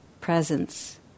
presence